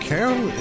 Carol